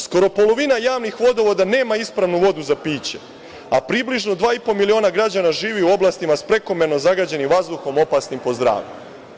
Skoro polovina javnih vodovoda nema ispravnu vodu za piće, a približno dva i po miliona građana živi u oblastima sa prekomerno zagađenim vazduhom opasnim po zdravlje.